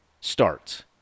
starts